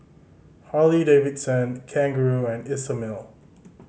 Harley Davidson Kangaroo and Isomil